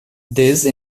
these